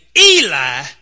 Eli